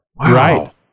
right